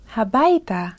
Habaita